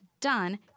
done